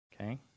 Okay